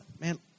Man